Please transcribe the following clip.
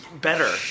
Better